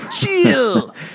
chill